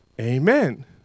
Amen